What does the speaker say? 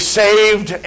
saved